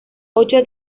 ocho